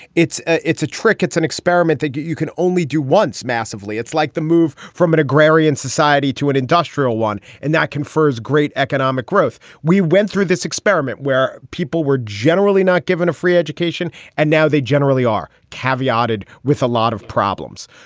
it's ah it's a trick. it's an experiment that you can only do once massively it's like the move from an agrarian society to an industrial one, and that confers great economic growth. we went through this experiment where people were generally not given a free education and now they generally are caveated with a lot of problems.